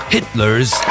Hitler's